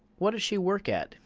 what does she work at,